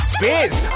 Space